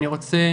אני רוצה